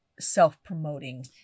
Self-promoting